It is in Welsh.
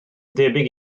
debyg